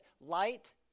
light